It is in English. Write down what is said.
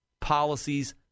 policies